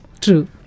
True